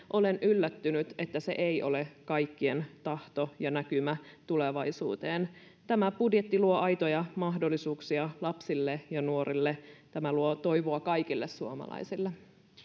olen yllättynyt että se ei ole kaikkien tahto ja näkymä tulevaisuuteen tämä budjetti luo aitoja mahdollisuuksia lapsille ja nuorille tämä luo toivoa kaikille suomalaisille